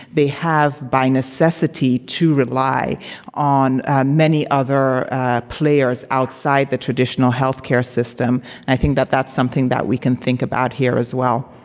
they have by necessity to rely on many other players outside the traditional healthcare system. and i think that that's something that we can think about here as well.